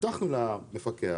הבטחנו למפקח